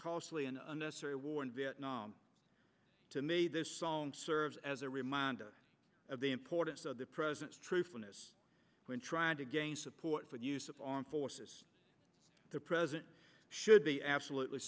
costly and unnecessary war in vietnam to me this song serves as a reminder of the importance of the present truthfulness when trying to gain support for the use of armed forces the president should be absolutely